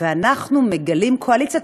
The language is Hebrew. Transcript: ואנחנו מגלים קואליציה,